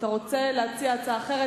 אם אתה רוצה להציע הצעה אחרת,